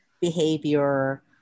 behavior